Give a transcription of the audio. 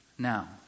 Now